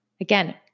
Again